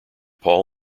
paul